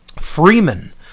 Freeman